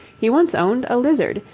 he once owned a lizard,